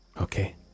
okay